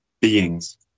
beings